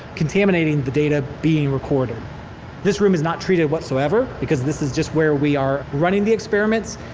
contaminating the data being recorded this room is not treated whatsoever because this is just where we are running the experiments.